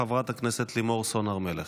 חברת הכנסת לימור סון הר מלך.